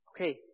Okay